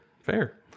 fair